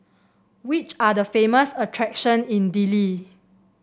which are the famous attractions in Dili